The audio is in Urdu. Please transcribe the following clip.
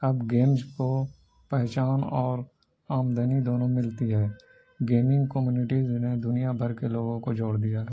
اب گیمز کو پہچان اور آمدنی دونوں ملتی ہے گیمنگ کمیونٹیز نے دنیا بھر کے لوگوں کو جوڑ دیا ہے